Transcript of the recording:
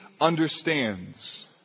understands